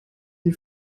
die